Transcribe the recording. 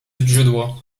zbrzydło